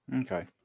okay